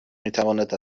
میتواند